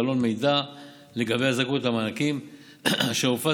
בעלון מידע לגבי הזכאות למענקים אשר הופץ